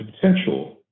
potential